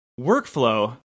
workflow